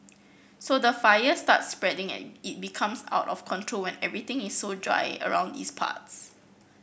so the fire starts spreading and it becomes out of control and everything is so dry around its parts